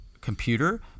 computer